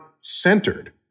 centered